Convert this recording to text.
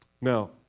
Now